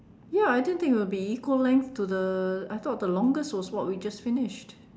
ya I didn't think it would be equal length to the I thought the longest was what we just finished